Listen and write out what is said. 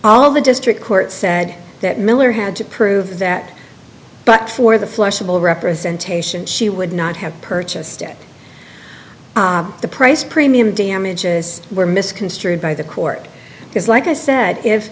all the district court said that miller had to prove that but for the flushable representation she would not have purchased it the price premium damages were misconstrued by the court because like i said if